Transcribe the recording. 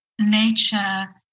nature